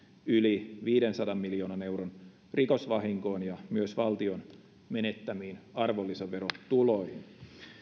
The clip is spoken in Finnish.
yli viidensadan miljoonan euron rikosvahinkoon ja myös valtion menettämiin arvonlisäverotuloihin